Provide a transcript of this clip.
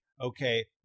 okay